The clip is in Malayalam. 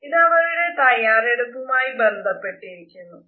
ഇതവരുടെ തയ്യാറെടുപ്പുമായ് ബന്ധപ്പെട്ടിരിക്കുന്നു